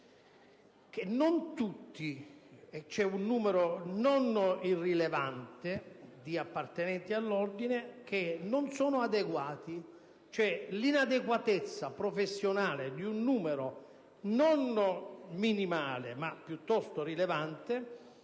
avvocati, e c'è un numero non irrilevante di essi che non sono adeguati: cioè, l'inadeguatezza professionale di un numero non minimale ma piuttosto rilevante